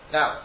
Now